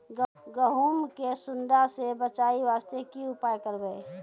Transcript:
गहूम के सुंडा से बचाई वास्ते की उपाय करबै?